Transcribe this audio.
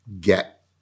get